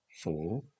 four